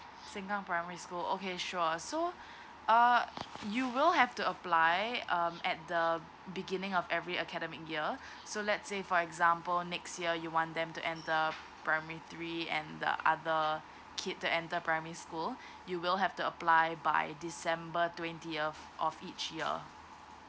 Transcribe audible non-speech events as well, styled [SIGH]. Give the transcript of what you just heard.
sengkang primary school okay sure so uh you will have to apply um at the beginning of every academic year so let's say for example next year you want them to enter primary three and the other kid to enter primary school [BREATH] you will have to apply by december twentieth of each year